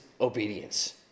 Obedience